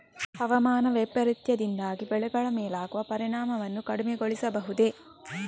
ಹವಾಮಾನ ವೈಪರೀತ್ಯದಿಂದಾಗಿ ಬೆಳೆಗಳ ಮೇಲಾಗುವ ಪರಿಣಾಮವನ್ನು ಕಡಿಮೆಗೊಳಿಸಬಹುದೇ?